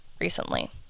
recently